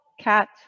cat